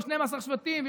ו-12 שבטים,